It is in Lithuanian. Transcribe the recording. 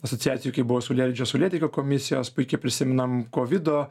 asociacijoj kai buvo saulėlydžio saulėtekio komisijos puikiai prisimename kovido